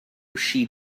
she